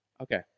Okay